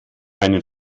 einen